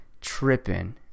tripping